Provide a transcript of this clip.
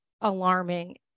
alarming